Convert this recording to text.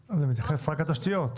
מתייחס רק לתשתיות.